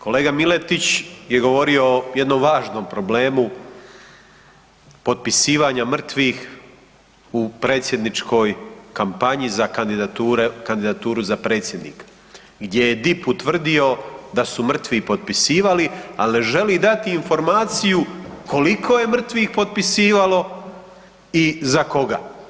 Kolega Miletić je govorio o jednom važnom problemu potpisivanja mrtvih u predsjedničkoj kampanji za kandidaturu za predsjednika gdje je DIP utvrdio da su mrtvi potpisivali, ali ne želi dati informaciju koliko je mrtvih potpisivalo i za koga.